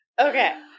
Okay